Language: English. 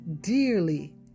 dearly